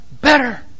better